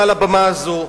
מעל הבמה הזאת,